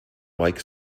like